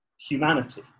humanity